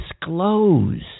disclose